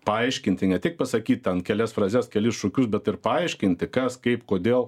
paaiškinti ne tik pasakyt ten kelias frazes kelis šūkius bet ir paaiškinti kas kaip kodėl